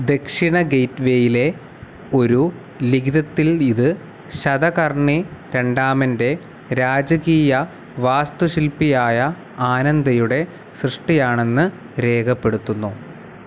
ദക്ഷിണ ഗേറ്റ്വേയിലെ ഒരു ലിഖിതത്തിൽ ഇത് ശതകർണി രണ്ടാമൻ്റെ രാജകീയ വാസ്തുശില്പിയായ ആനന്ദയുടെ സൃഷ്ടിയാണെന്ന് രേഖപ്പെടുത്തുന്നു